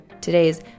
today's